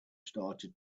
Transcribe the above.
started